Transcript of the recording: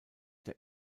der